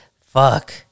Fuck